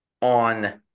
on